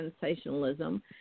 sensationalism